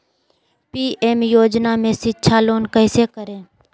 PM योजना में शिक्षा लोन कैसे करें?